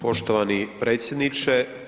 Poštovani predsjedniče.